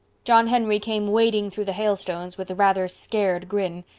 john henry came wading through the hailstones with a rather scared grin.